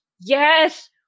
Yes